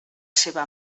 seva